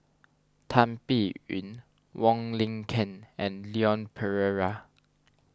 Tan Biyun Wong Lin Ken and Leon Perera